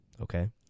Okay